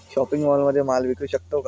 Shopping मॉलमध्ये माल विकू शकतो का?